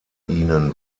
ihnen